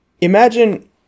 imagine